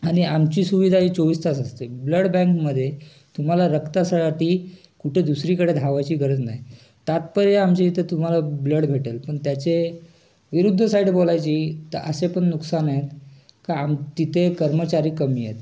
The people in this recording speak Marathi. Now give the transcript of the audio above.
आणि आमची सुविधा ही चोवीस तास असते ब्लड बँकमध्ये तुम्हाला रक्तासाठी कुठे दुसरीकडे धावायची गरज नाही तात्पर्य आमच्या इथं तुम्हाला ब्लड भेटेल पण त्याचे विरुद्ध साईड बोलायची तर असे पण नुकसान आहेत का आम तिथे कर्मचारी कमी आहेत